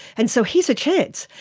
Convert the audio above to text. and so here's a chance.